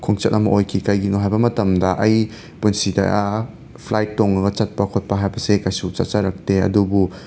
ꯈꯣꯡꯆꯠ ꯑꯃ ꯑꯣꯏꯈꯤ ꯀꯩꯒꯤꯅꯣ ꯍꯥꯏꯕ ꯃꯇꯝꯗ ꯑꯩ ꯄꯨꯟꯁꯤꯗ ꯐ꯭ꯂꯥꯏꯠ ꯇꯣꯡꯉꯒ ꯆꯠꯄ ꯈꯣꯠꯄ ꯍꯥꯏꯕꯁꯦ ꯀꯩꯁꯨ ꯆꯠꯆꯔꯛꯇꯦ ꯑꯗꯨꯕꯨ